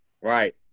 Right